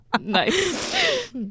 Nice